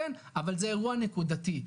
אבל זה אירוע נקודתי,